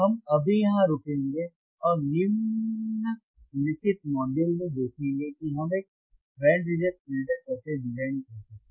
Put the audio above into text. तो हम अभी यहां रुकेंगे और हम निम्नलिखित मॉड्यूल में देखेंगे कि हम एक बैंड रिजेक्ट फ़िल्टर कैसे डिज़ाइन कर सकते हैं